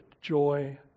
joy